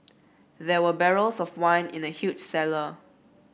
there were barrels of wine in the huge cellar